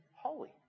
holy